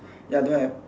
ya don't have